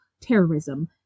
terrorism